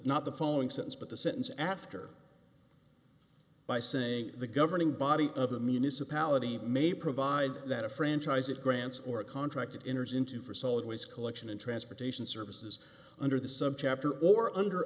not the following sense but the sentence after by saying the governing body of a municipality may provide that a franchise it grants or contract it enters into for solid waste collection and transportation services under the subchapter or under